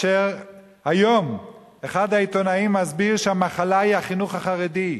היום אחד העיתונאים מסביר שהמחלה היא החינוך החרדי,